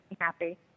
happy